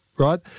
right